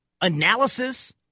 analysis